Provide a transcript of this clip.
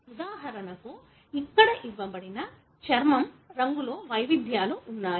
ఉదాహరణకు ఇక్కడ ఇవ్వబడినది చర్మం రంగులో వైవిధ్యాలు వున్నాయి